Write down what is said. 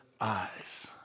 eyes